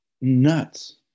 nuts